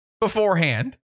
beforehand